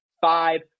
five